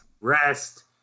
Rest